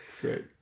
Great